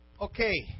Okay